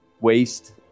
waste